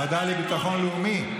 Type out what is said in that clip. הוועדה לביטחון לאומי?